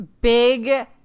big